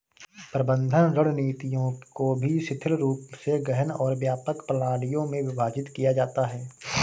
प्रबंधन रणनीतियों को भी शिथिल रूप से गहन और व्यापक प्रणालियों में विभाजित किया जाता है